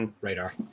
Radar